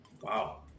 Wow